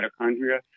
mitochondria